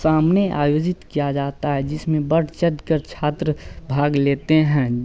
सामने आयोजित किया जाता है जिसमें बढ़ चढ़ कर छात्र भाग लेते हैं